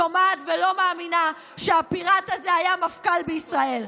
שומעת ולא מאמינה שהפיראט הזה היה מפכ"ל בישראל.